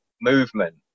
movement